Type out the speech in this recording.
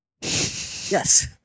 Yes